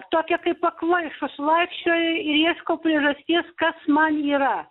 tokia kaip pakvaišus vaikščioju ir ieškau priežasties kas man yra